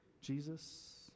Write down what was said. Jesus